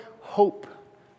hope